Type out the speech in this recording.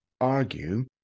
argue